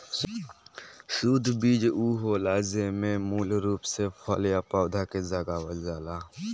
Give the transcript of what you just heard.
शुद्ध बीज उ होला जेमे मूल रूप से फल या पौधा के लगावल जाला